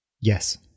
Yes